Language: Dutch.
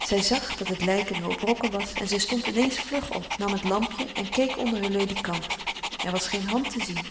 zij zag dat het lijk een hoop rokken was en zij stond in eens vlug op nam het lampje en keek onder heur ledekant er was geene hand te zien